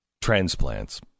transplants